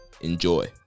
Enjoy